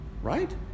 Right